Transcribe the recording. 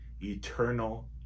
eternal